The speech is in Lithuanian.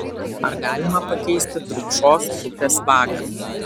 ar galima pakeisti drūkšos upės vagą